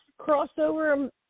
crossover